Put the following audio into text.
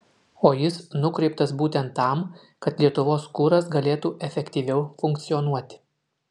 o jis nukreiptas būtent tam kad lietuvos kuras galėtų efektyviau funkcionuoti